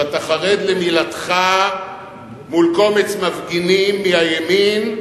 שאתה חרד למילתך מול קומץ מפגינים מהימין,